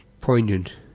poignant